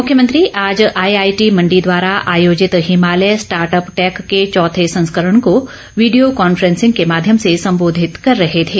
मुख्यमंत्री आज आईआईटी मंडी द्वारा आयोजित हिमालय स्टार्ट अप टैक के चौथे संस्करण को वीडियो कॉन्फेंसिंग के माध्यम से संबोधित कर रहे थे